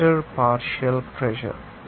water partial pressure